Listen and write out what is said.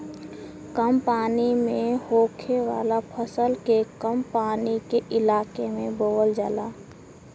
कम पानी में होखे वाला फसल के कम पानी के इलाके में बोवल जाला